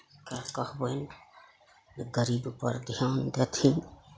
कऽ कहबनि जे गरीब पर ध्यान देथिन